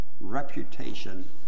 reputation